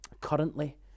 currently